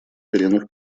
коренных